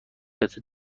قطعه